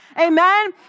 Amen